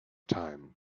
time